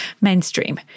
mainstream